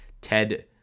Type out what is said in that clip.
Ted